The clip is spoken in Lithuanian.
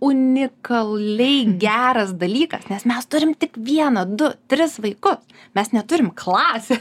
unikaliai geras dalykas nes mes turim tik vieną du tris vaikus mes neturim klasė